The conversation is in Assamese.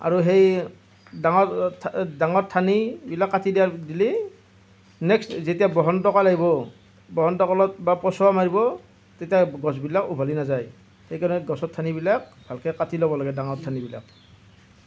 আৰু সেই ডাঙৰ ডাঙৰ ঠানিবিলাক কাটি দিলেই নেক্সট যেতিয়া বসন্ত কাল আহিব বসন্ত কালত বা পছোৱা মাৰিব তেতিয়া গছবিলাক উভালি নাযায় সেইকাৰণে গছৰ ঠানিবিলাক ভালকে কাটি ল'ব লাগে ডাঙৰ ঠানিবিলাক